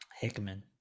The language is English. Hickman